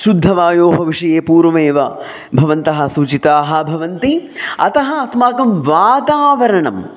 शुद्धवायोः विषये पूर्वमेव भवन्तः सूचिताः भवन्ति अतः अस्माकं वातावरणम्